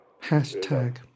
Hashtag